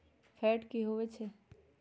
Fat की होवछै?